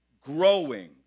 growing